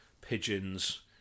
pigeons